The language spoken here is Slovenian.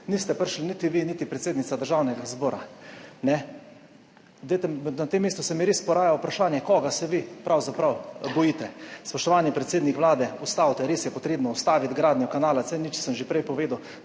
niste prišli niti vi niti predsednica Državnega zbora. Na tem mestu se mi res poraja vprašanje, koga se vi pravzaprav bojite? Spoštovani predsednik Vlade, ustavite, res je potrebno ustaviti gradnjo kanala C0. Sem že prej povedal